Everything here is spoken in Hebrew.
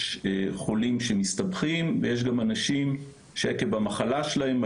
יש חולים שמסתבכים ויש גם אנשים שעקב המחלה שלהם,